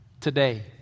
today